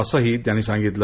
असंही त्यांनी सांगितलं